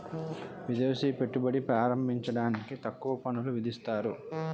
విదేశీ పెట్టుబడి ప్రార్థించడానికి తక్కువ పన్నులు విధిస్తారు